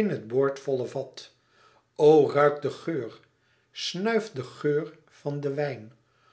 in het boordvolle vat o ruik den geur snuif den geur van den wijn